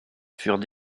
furent